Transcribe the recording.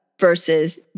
versus